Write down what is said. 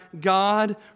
God